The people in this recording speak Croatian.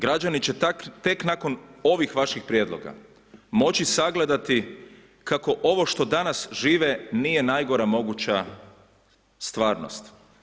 Građani će tek nakon ovih vaših prijedloga moći sagledati kako ovo što danas žive nije najgora moguća stvarnost.